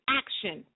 action